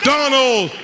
Donald